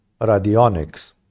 radionics